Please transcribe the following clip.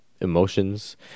emotions